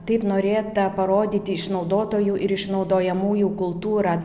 taip norėta parodyti išnaudotojų ir išnaudojamųjų kultūrą